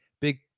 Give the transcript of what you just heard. big